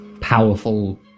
powerful